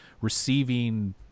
receiving